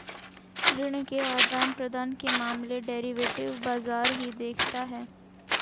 ऋण के आदान प्रदान के मामले डेरिवेटिव बाजार ही देखता है